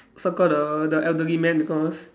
circle the the elderly man because